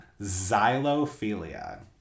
xylophilia